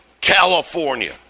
California